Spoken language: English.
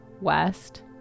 west